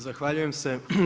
Zahvaljujem se.